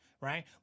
right